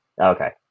Okay